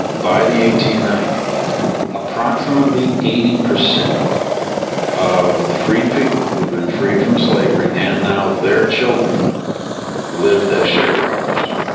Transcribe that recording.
by the eighteen ninety s approximately eighty percent of the freed people who had been freed from slavery and now their children lived as sharecroppers,